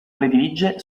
predilige